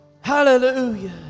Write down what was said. hallelujah